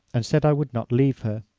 and said i would not leave her.